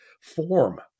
form